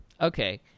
Okay